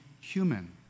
human